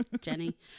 Jenny